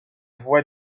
voix